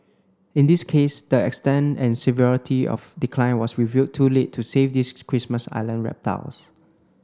in this case the extent and severity of decline was revealed too late to save these Christmas Island reptiles